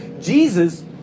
Jesus